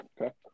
Okay